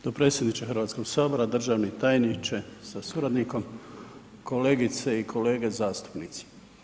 Dopredsjedniče Hrvatskog sabra, državni tajniče sa suradnikom, kolegice i kolege zastupnici.